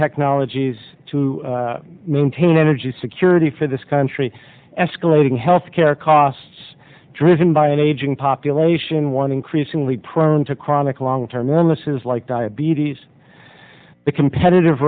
technologies to maintain energy security for this country escalating health care costs driven by an aging population one increasingly prone to chronic long term illnesses like diabetes the competitive